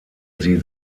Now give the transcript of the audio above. sie